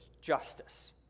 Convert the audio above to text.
justice